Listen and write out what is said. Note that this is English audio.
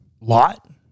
Lot